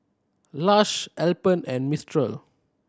Lush Alpen and Mistral